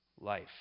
life